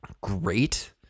great